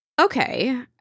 Okay